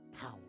power